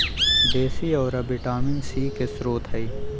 देशी औरा vitamin C के स्रोत हई